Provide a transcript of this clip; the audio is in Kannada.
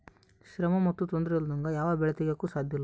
ಶ್ರಮ ಮತ್ತು ತೊಂದರೆ ಇಲ್ಲದಂಗೆ ಯಾವ ಬೆಳೆ ತೆಗೆಯಾಕೂ ಸಾಧ್ಯಇಲ್ಲ